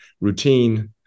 routine